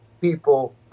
people